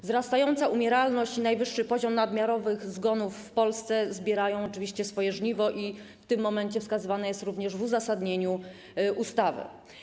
Wzrastająca umieralność i najwyższy poziom nadmiarowych zgonów w Polsce zbierają oczywiście swoje żniwo i w tym momencie wskazywane jest to również w uzasadnieniu ustawy.